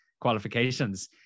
qualifications